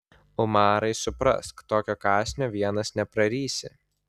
umarai suprask tokio kąsnio vienas neprarysi